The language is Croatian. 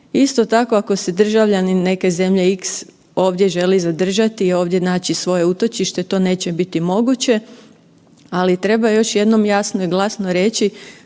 Isto tako ako se državljani neke zemlje x ovdje želi zadržati, ovdje naći svoje utočište, to neće biti moguće. Ali treba još jednom jasno i glasno reći